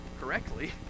correctly